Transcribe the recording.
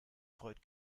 freut